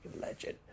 legend